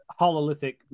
hololithic